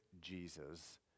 Jesus